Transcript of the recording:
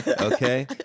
Okay